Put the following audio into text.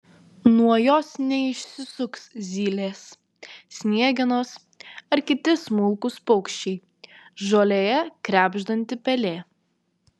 nuo jos neišsisuks zylės sniegenos ar kiti smulkūs paukščiai žolėje krebždanti pelė